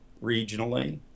regionally